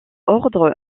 ordre